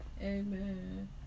Amen